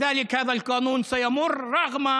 לכן החוק הזה יעבור היום,